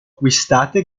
acquistate